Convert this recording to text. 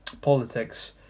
politics